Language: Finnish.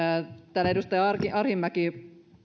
täällä edustaja arhinmäki